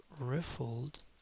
Riffled